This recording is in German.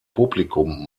publikum